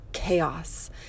chaos